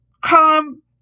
Come